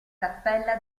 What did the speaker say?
cappella